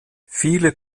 viele